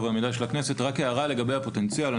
הערה לגבי הפוטנציאל.